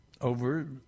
over